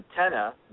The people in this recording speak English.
antenna